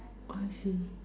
I see